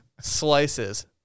slices